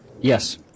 Yes